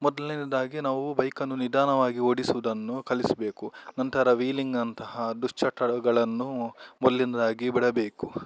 ಮೊದಲನೇದಾಗಿ ನಾವು ಬೈಕನ್ನು ನಿಧಾನವಾಗಿ ಓಡಿಸುವುದನ್ನು ಕಲಿಸಬೇಕು ನಂತರ ವೀಲಿಂಗ್ ಅಂತಹ ದುಶ್ಚಟಗಳನ್ನೂ ಮೊದಲಿನ್ದಾಗಿ ಬಿಡಬೇಕು